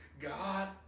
God